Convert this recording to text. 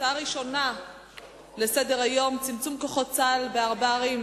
הצעה ראשונה לסדר-היום: צמצום כוחות צה"ל בארבע ערים